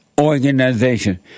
organization